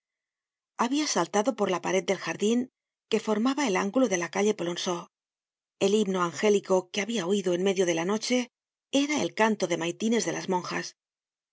habia saltado por la pared del jardin que formaba el ángulo de la calle polonceau el himno angélico que habia oido en medio de la noche era el canto de maitines de las monjas